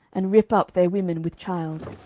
and rip up their women with child.